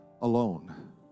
alone